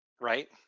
right